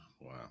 wow